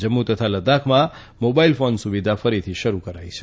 જમ્મુ તથા લદ્દાખમાં mobile phone સુવિધા ફરી શરૂ કરાઇ છે